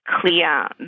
clear